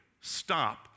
Stop